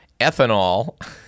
ethanol